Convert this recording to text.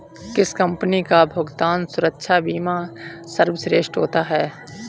किस कंपनी का भुगतान सुरक्षा बीमा सर्वश्रेष्ठ होता है?